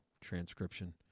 transcription